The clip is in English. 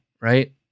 right